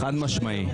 חד- משמעית.